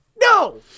no